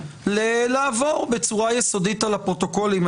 לעבור בצורה יסודית על הפרוטוקולים.